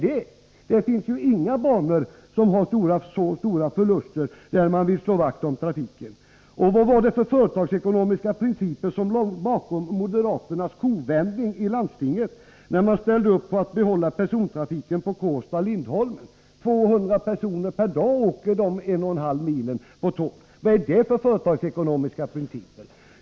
Det finns ju inga andra banor med så stora förluster där man vill slå vakt om trafiken. Vad var det för företagsekonomiska principer som låg bakom moderaternas kovändning i landstinget när man ställde upp för ett behållande av persontrafiken på sträckan Kårsta-Lindholmen? 200 personer per dag åker dessa 1,5 mil med tåg. Vad är det för företagsekonomiska principer?